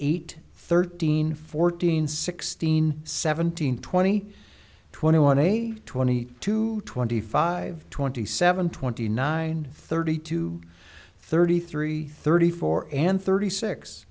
eight thirteen fourteen sixteen seventeen twenty twenty one a twenty two twenty five twenty seven twenty nine thirty two thirty three thirty four and thirty six